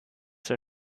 zur